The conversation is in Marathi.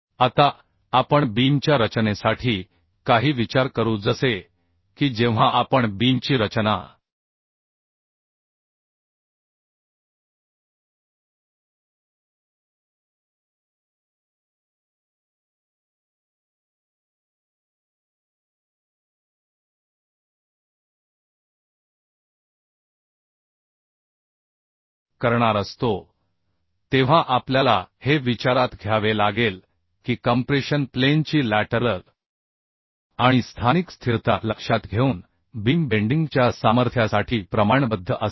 आता आपण बीमच्या रचनेसाठी काही विचार करू जसे की जेव्हा आपण बीमची रचना करणार असतो तेव्हा आपल्याला हे विचारात घ्यावे लागेल की कम्प्रेशन प्लेनची बाजूकडील आणि स्थानिक स्थिरता लक्षात घेऊन बीम वाकण्याच्या सामर्थ्यासाठी प्रमाणबद्ध असावा